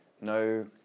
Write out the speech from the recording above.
No